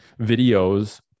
videos